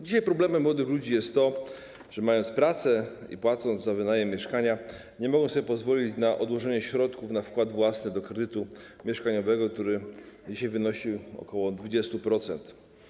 Dzisiaj problemem młodych ludzi jest to, że mając pracę i płacąc za wynajem mieszkania, nie mogą sobie pozwolić na odłożenie środków na wkład własny do kredytu mieszkaniowego, który dzisiaj wynosi ok. 20%.